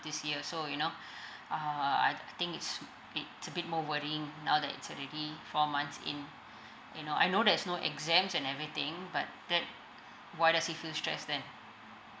this year so you know uh I think it's it's a bit more worrying now that it's already four months in you know I know that there's no exam and everything but that why does he feel stress then